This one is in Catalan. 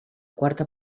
quarta